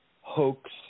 hoax